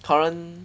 current